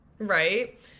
Right